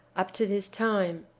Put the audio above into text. up to this time.